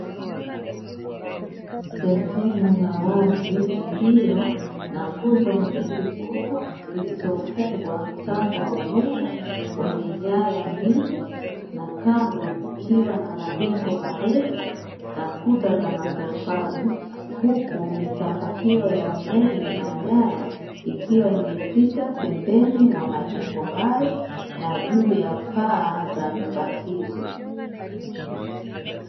Sehemu ya wazi iliyo na nguzo mbili kubwa zilizofungwa mtambo wa umeme wenye nyaya za umeme na kando kukiwa na majengo marefu na kuta za matofali. Huku mitambo hiyo ya umeme na nyaya ikiwa imepita pembeni mwa mamjengo hayo na juu ya paa za nyumba hizo.